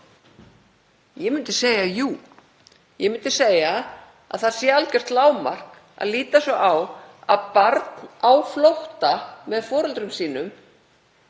Ég myndi segja: Jú. Ég myndi segja að það sé algjört lágmark að líta svo á að barn á flótta með foreldrum sínum,